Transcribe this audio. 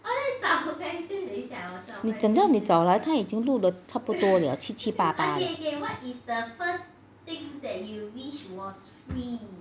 等到你找来他已经录了差不多了七七八八了